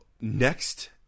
Next